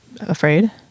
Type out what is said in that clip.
afraid